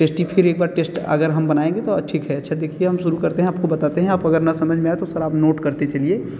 tasty फिर एक बार टेश्ट अगर हम बनाएँगे तो ठीक है अच्छा देखिए हम शुरू करते हैं आपको बताते हैं आप अगर ना समझ में आए तो सर आप नोट करते चलिए